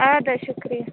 اَدٕ حظ شُکریہ